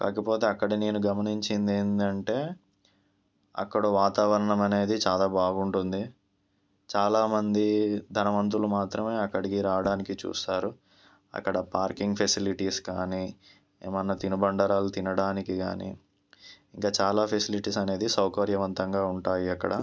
కాకపోతే అక్కడ నేను గమనించింది ఏందంటే అక్కడ వాతావరణం అనేది చాలా బాగుంటుంది చాలామంది ధనవంతులు మాత్రమే అక్కడికి రావడానికి చూస్తారు అక్కడ పార్కింగ్ ఫెసిలిటీస్ కానీ ఏమైనా తినుబండారాలు తినడానికి కాని ఇంక చాలా ఫెసిలిటీస్ అనేది సౌకర్యవంతంగా ఉంటాయి అక్కడ